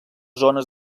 zones